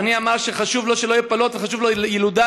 אדוני אמר שחשוב לו שלא יהיו הפלות וחשובה לו ילודה.